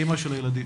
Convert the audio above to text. אימא של הילדים.